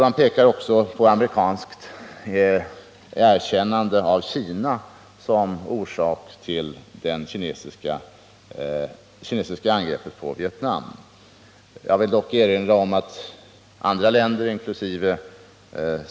De pekar också på amerikanskt erkännande av Kina som orsak till det kinesiska angreppet på Vietnam. Jag vill dock erinra om att andra länder, inkl.